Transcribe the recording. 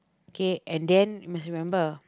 kay and then must remember